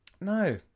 No